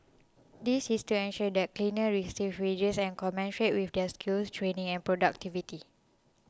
this is to ensure that cleaners receive wages and commensurate with their skills training and productivity